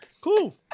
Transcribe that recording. Cool